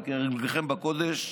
אבל כהרגלכם בקודש,